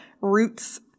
roots